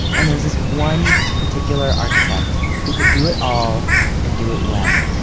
and there was this one particular architect who could do it all and do it well,